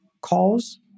calls